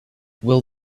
will